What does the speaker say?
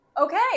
Okay